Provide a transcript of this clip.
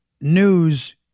news